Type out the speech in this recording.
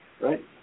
Right